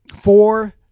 four